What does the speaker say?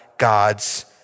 God's